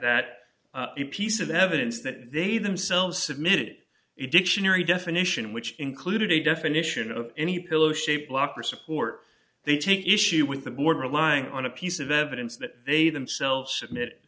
that the piece of evidence that they themselves submit a dictionary definition which included a definition of any pillow shaped locker support they take issue with the border lying on a piece of evidence that they themselves